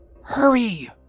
Hurry